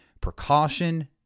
precaution